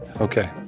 Okay